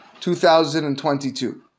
2022